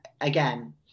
again